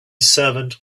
servant